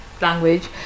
language